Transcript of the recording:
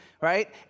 right